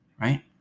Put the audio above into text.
right